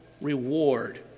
reward